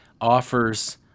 offers